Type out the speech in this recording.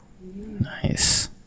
nice